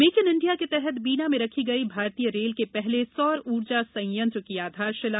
make in India के तहत बीना में रखी गई भारतीय रेल के पहले सौर ऊर्जा संयंत्र की आधारशिला